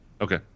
okay